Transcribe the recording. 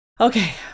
Okay